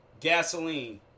gasoline